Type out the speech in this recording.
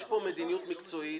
ישפה מדיניות מקצועיות.